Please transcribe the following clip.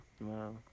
Wow